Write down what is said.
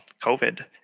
COVID